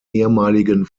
ehemaligen